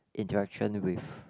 interaction with